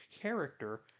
character